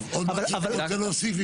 טוב, עוד משהו שאתה רוצה להוסיף?